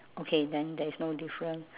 okay then there is no difference